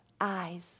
eyes